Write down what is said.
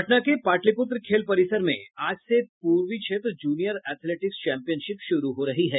पटना के पाटलिपुत्र खेल परिसर में आज से तीसवीं पूर्वी क्षेत्र जूनियर एथेलेटिक्स चैंपियनशिप शुरू हो रही है